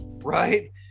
Right